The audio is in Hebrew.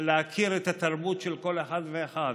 להכיר את התרבות של כל אחד ואחד.